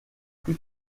plus